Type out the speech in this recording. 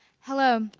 hello,